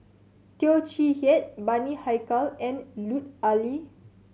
Teo Chee Hean Bani Haykal and Lut Ali